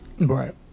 Right